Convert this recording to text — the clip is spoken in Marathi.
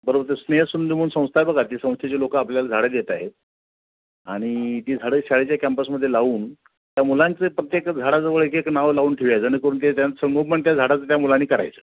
बरोबर ते स्नेहसुंद मून संस्था बघा ती संस्थेचे लोकं आपल्याला झाडं देत आहेत आणि ती झाडं शाळेच्या कॅम्पसमध्ये लावून त्या मुलांचं प्रत्येक झाडाजवळ एक एक नावं लावून ठेउ या जेणेकरून ते त्यांच संगोपन त्या झाडाचं त्या मुलानी करायचं